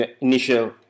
initial